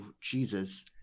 Jesus